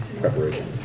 preparation